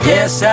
Yes